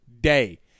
day